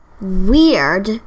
weird